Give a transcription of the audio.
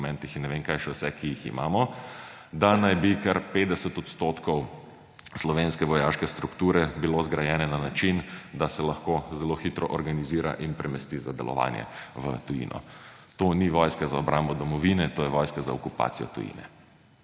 in ne vem kaj še vse, ki jih imamo, da naj bi kar 50 odstotkov slovenske vojaške strukture bilo zgrajene na način, da se lahko zelo hitro organizira in premesti za delovanje v tujino. To ni vojska za obrambo domovine, to je vojska za okupacijo tujine.